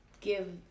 give